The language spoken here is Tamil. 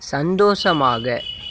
சந்தோஷமாக